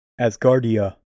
Asgardia